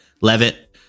Levitt